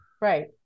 Right